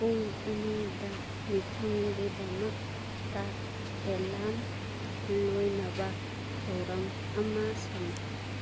ꯄꯨꯡ ꯑꯅꯤꯗ ꯃꯤꯐꯝꯒꯤꯗꯃꯛꯇ ꯑꯦꯂꯥꯔꯝ ꯂꯣꯏꯅꯕ ꯊꯧꯔꯝ ꯑꯃ ꯁꯝꯃꯨ